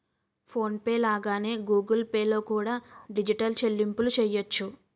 phone pay లాగానే Google pay లో కూడా డిజిటల్ చెల్లింపులు చెయ్యొచ్చు